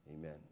amen